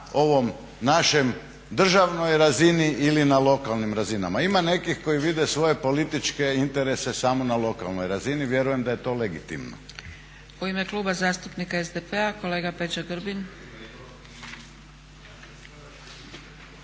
na ovoj našoj državnoj razini ili ne lokalnim razinama. Ima nekih koji vide svoje političke interese samo na lokalnoj razini, vjerujem da je to legitimno.